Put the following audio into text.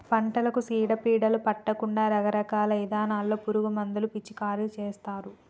పంటలకు సీడ పీడలు పట్టకుండా రకరకాల ఇథానాల్లో పురుగు మందులు పిచికారీ చేస్తారు